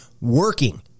working